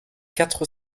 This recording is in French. quatre